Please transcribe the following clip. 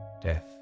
Death